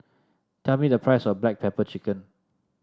tell me the price of Black Pepper Chicken